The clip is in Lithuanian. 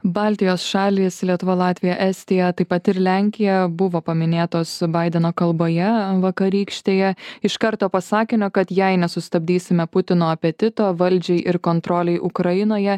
baltijos šalys lietuva latvija estija taip pat ir lenkija buvo paminėtos baideno kalboje vakarykštėje iš karto pasakėme kad jei nesustabdysime putino apetito valdžiai ir kontrolei ukrainoje